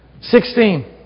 Sixteen